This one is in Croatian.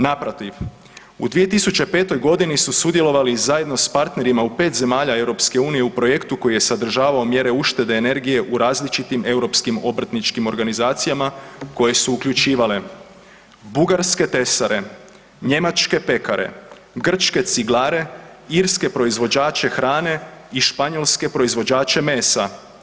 Naprotiv, u 2005. godini su sudjelovali zajedno s partnerima u 5 zemalja EU koji je sadržavao mjere uštede energije u različitim europskim obrtničkim organizacijama koje su uključivale bugarske tesare, njemačke pekare, grčke ciglare, irske proizvođače hrane i španjolske proizvođače mesa.